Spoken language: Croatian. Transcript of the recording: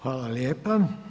Hvala lijepa.